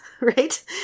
right